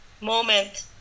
moment